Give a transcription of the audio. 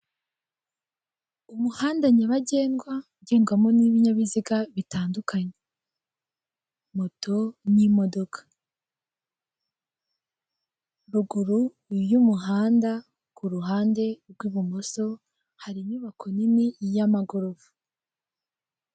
Umuhanda nyabagendwa ugengwamo n'ibinyabiziga bitandukanye; moto n'imodoka, ruguru y'umuhanda ku ruhande rw'ibumoso hari inyubako nini y'amagorofa.